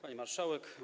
Pani Marszałek!